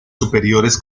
superiores